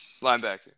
linebacker